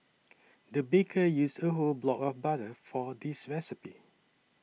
the baker used a whole block of butter for this recipe